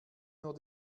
nur